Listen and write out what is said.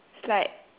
is like